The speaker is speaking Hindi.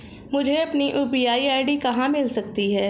मुझे अपनी यू.पी.आई आई.डी कहां मिल सकती है?